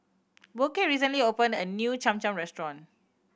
Burke recently opened a new Cham Cham restaurant